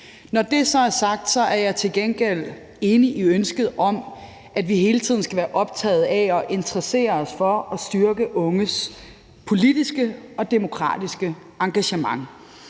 Når det så er sagt, er jeg til gengæld enig i ønsket om, at vi hele tiden skal være optagede af og interessere os for at styrke unges politiske og demokratiske engagement.